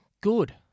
Good